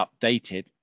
updated